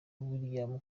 william